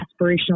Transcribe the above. aspirational